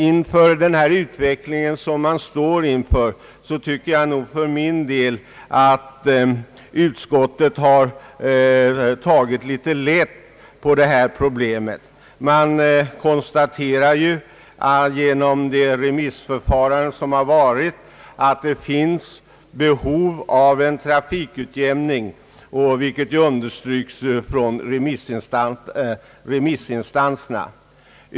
Inför den utveckling som vi här står inför tycker jag nog att utskottet har tagit litet lätt på problemet. Det konstateras genom det remissförfarande som har ägt rum att det föreligger behov av en trafikutjämning, vilket alltså understryks av remissinstanserna.